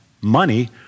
money